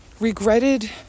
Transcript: regretted